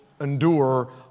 endure